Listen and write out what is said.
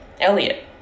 Elliot